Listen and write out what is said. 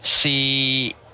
see